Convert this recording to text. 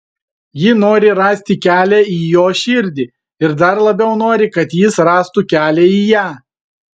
ji nori rasti kelią į jo širdį ir dar labiau nori kad jis rastų kelią į ją